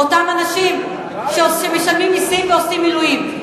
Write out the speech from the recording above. אותם אנשים שמשלמים מסים ועושים מילואים.